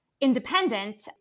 independent